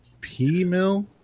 P-Mill